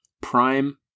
prime